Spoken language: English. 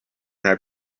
have